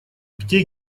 где